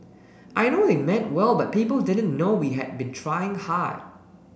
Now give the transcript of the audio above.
I know they meant well but people didn't know we had been trying hard